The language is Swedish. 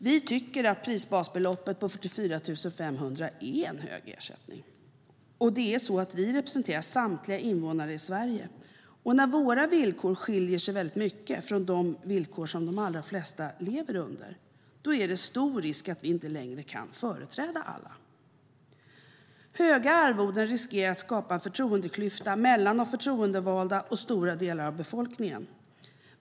Vi tycker dock att prisbasbeloppet på 44 500 är en hög ersättning. Höga arvoden riskerar att skapa en förtroendeklyfta mellan de förtroendevalda och stora delar av befolkningen.